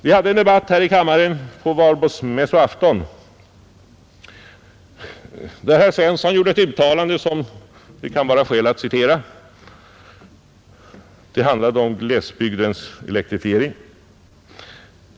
Vi hade en debatt här i kammaren på valborgsmässoafton, då herr Svensson gjorde ett uttalande som det kan vara skäl att citera. Det handlade om glesbygdens elektrifiering.